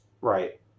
right